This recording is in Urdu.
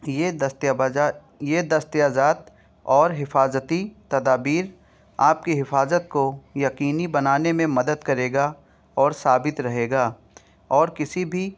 یہ دستیاویزات یہ دستاویزات اور حفاظتی تدابیر آپ کی حفاظت کو یقینی بنانے میں مدد کرے گا اور ثابت رہے گا اور کسی بھی